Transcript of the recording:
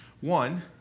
One